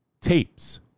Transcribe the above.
tapes